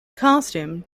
costume